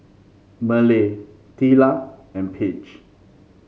Merle Teela and Page